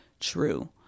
true